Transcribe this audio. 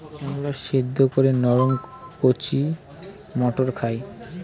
আমরা সেদ্ধ করে নরম কচি মটর খাই